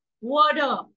water